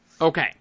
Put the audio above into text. Okay